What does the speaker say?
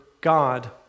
God